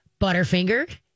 butterfinger